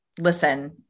listen